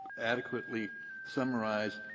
adequately summarized,